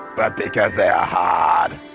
but because they're hard.